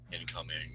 incoming